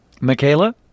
Michaela